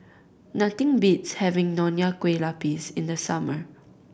nothing beats having Nonya Kueh Lapis in the summer